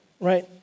right